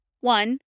One